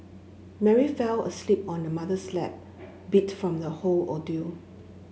Mary fell asleep on her mother's lap beat from the whole ordeal